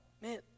Man